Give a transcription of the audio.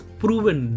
proven